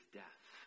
death